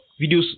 Videos